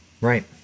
right